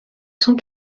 cent